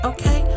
Okay